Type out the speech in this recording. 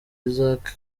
isaac